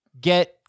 Get